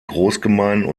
großgemeinden